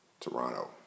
Toronto